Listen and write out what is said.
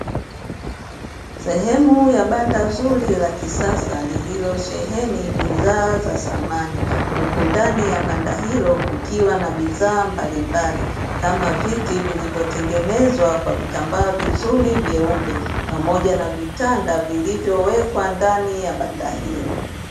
Sehemu ya banda zuri la kisasa lililosheheni bidhaa za samani, huku ndani ya banda hilo kukiwa na bidhaa mbalimbali, kama viti vilivyotengenezwa kwa vitambaa vizuri vyeupe, pamoja na vitanda vilivyowekwa ndani ya banda hilo.